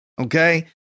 okay